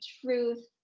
Truth